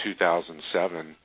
2007